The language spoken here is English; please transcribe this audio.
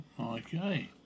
Okay